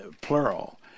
Plural